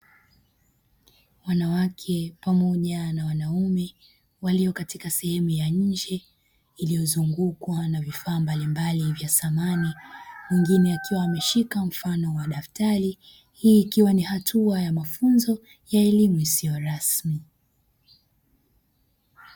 Wanawake pamoja na wanaume walio katika sehemu ya nje iliyozungukwa na vifaa mbalimbali vya samani, wengine wakiwa wameshika mfano wa daftari. Hii ikiwa ni hatua ya mafunzo ya elimu isiyo rasmi.